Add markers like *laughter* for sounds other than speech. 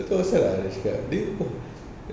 tak tahu asal lah dia cakap dia oh *breath*